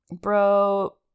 bro